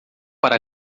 para